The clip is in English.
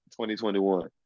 2021